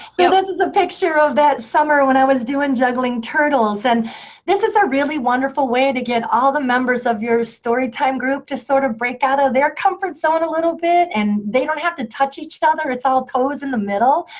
yeah is a picture of that summer when i was doing juggling turtles. and this is a really wonderful way to get all the members of your story time group to sort of break out of their comfort zone a little bit. and they don't have to touch each other. it's all toes in the middle,